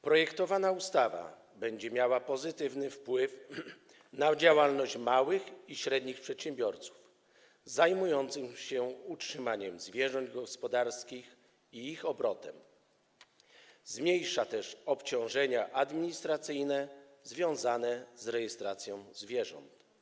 Projektowana ustawa będzie miała pozytywny wpływ na działalność małych i średnich przedsiębiorców zajmujących się utrzymaniem zwierząt gospodarskich i obrotem nimi, zmniejsza też obciążenia administracyjne związane z rejestracją zwierząt.